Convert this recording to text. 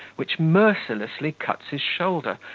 which mercilessly cuts his shoulder,